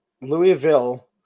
Louisville